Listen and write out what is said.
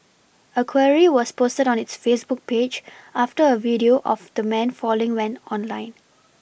a query was posted on its Facebook page after a video of the man falling went online